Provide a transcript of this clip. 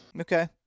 Okay